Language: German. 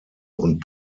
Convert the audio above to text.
und